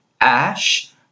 Ash